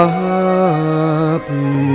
happy